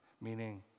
meaning